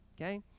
okay